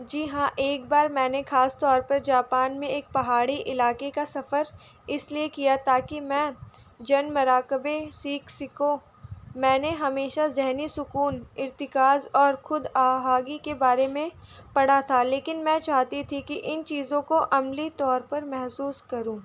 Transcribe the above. جی ہاں ایک بار میں نے خاص طور پر جاپان میں ایک پہاڑی علاقے کا سفر اس لیے کیا تاکہ میں جن مراقبے سیکھ سکوں میں نے ہمیشہ ذہنی سکون ارتکاز اور خود آگاہی کے بارے میں پڑھا تھا لیکن میں چاہتی تھی کہ ان چیزوں کو عملی طور پر محسوس کروں